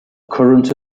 current